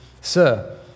Sir